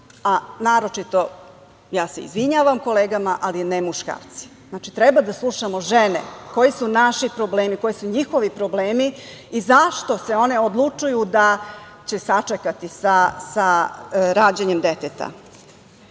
a naročito, ja se izvinjavam kolegama, ali ne muškarci. Znači, treba da slušamo žene. Koji su naši problemi, koji su njihovi problemi i zašto se one odlučuju da će sačekati sa rađanjem deteta. Trebalo